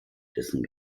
dessen